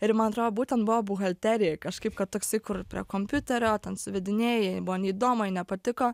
ir ji man atrodo būtent buvo buhalterijoj kažkaip kad toksai kur prie kompiuterio ten suvedinėji jai buvo neįdomu nepatiko